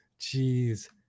Jeez